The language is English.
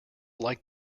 like